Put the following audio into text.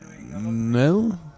No